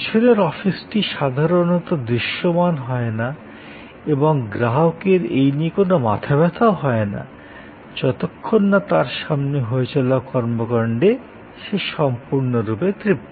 পিছনের অফিসটি সাধারণত দৃশ্যমান হয় না এবং গ্রাহকের এই নিয়ে কোনো মাথাব্যথাও হয় না যতক্ষণ তার সামনে হয় চলা কর্মকান্ডে সে সম্পূর্ণরূপে তৃপ্ত